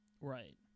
Right